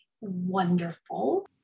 wonderful